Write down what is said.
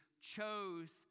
chose